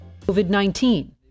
COVID-19